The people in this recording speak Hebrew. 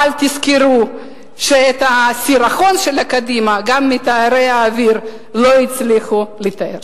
אבל תזכרו שאת הסירחון של קדימה גם מטהרי האוויר לא הצליחו לטהר.